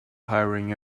hiring